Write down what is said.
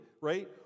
right